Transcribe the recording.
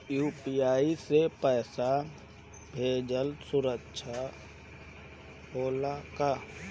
UPI से पैसा भेजल सुरक्षित होला का?